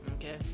okay